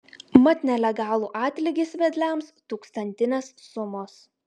mat nelegalų atlygis vedliams tūkstantinės sumos